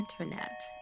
internet